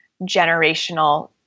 generational